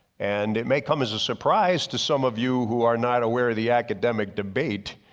and it may come as a surprise to some of you who are not aware of the academic debate,